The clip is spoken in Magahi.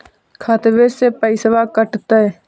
खतबे से पैसबा कटतय?